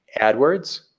AdWords